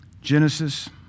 Genesis